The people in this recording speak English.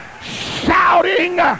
shouting